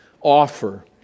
offer